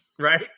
Right